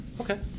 okay